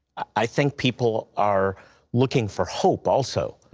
i think people are looking for hope, also.